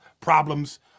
problems